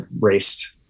raced